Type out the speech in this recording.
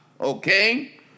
okay